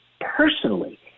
personally